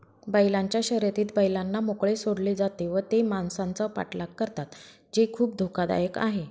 बैलांच्या शर्यतीत बैलांना मोकळे सोडले जाते व ते माणसांचा पाठलाग करतात जे खूप धोकादायक आहे